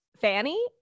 Fanny